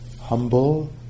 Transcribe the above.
humble